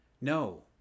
No